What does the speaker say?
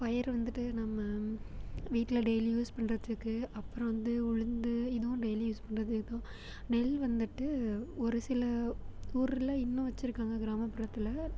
பயறு வந்துட்டு நம்ம வீட்டில டெய்லி யூஸ் பண்ணுறதுக்கு அப்புறம் வந்து உளுந்து இதுவும் டெய்லி யூஸ் பண்ணுறது தான் நெல் வந்துட்டு ஒரு சில ஊரில் இன்னும் வச்சிருக்காங்கள் கிராமப்புறத்தில்